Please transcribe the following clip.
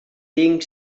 tinc